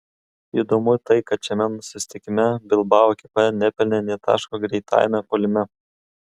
įdomu tai kad šiame susitikime bilbao ekipa nepelnė nė taško greitajame puolime